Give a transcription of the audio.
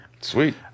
Sweet